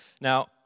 Now